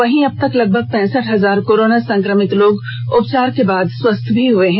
वहीं अबतक लगभग पैंसठ हजार कोरोना संक्रमित लोग उपचार के बाद स्वस्थ भी हुए हैं